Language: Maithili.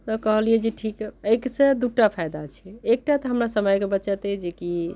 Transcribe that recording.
तऽ कहलियै जे ठीक एहिसे दू टा फायदा छै एकटा हमरा समयके बचत अछि जे कि